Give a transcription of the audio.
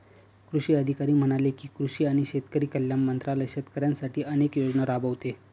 कृषी अधिकारी म्हणाले की, कृषी आणि शेतकरी कल्याण मंत्रालय शेतकऱ्यांसाठी अनेक योजना राबवते